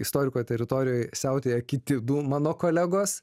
istoriko teritorijoj siautėja kiti du mano kolegos